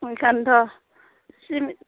ओंखायनथ'